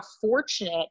fortunate